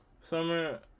Summer